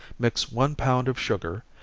mix one pound of sugar,